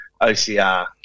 OCR